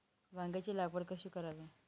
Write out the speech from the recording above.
वांग्यांची लागवड कशी करावी?